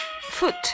Foot